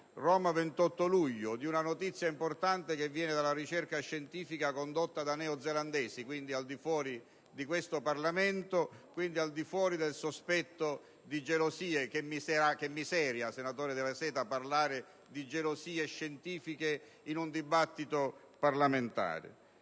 che riporta una notizia importante che viene da una ricerca scientifica condotta da neozelandesi, quindi al di fuori di questo Parlamento e del sospetto di gelosie (che miseria, senatore Della Seta, parlare di gelosie scientifiche in un dibattito parlamentare).